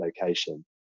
location